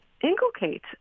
inculcate